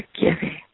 Forgiving